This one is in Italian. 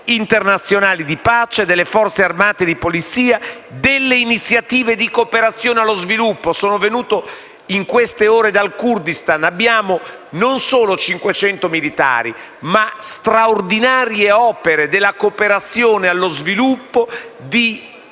internazionali di pace, delle Forze armate e di polizia, delle iniziative di cooperazione allo sviluppo. Sono venuto in queste ore dal Kurdistan, dove abbiamo non solo 500 militari, ma straordinarie opere della cooperazione allo sviluppo, di